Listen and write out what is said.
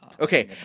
Okay